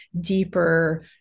deeper